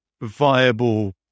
viable